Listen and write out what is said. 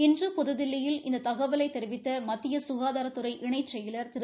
இன்று புதுதில்லியில் இத்தகவலை தெரிவித்த மத்திய ககாதாரத்துறை இணைச் செயல் திரு